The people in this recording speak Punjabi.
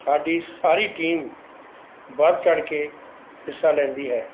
ਸਾਡੀ ਸਾਰੀ ਟੀਮ ਵੱਧ ਚੜ੍ਹ ਕੇ ਹਿੱਸਾ ਲੈਂਦੀ ਹੈ